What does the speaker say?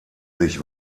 sich